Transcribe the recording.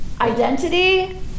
Identity